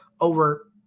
over –